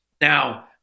Now